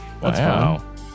wow